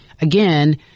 Again